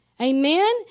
Amen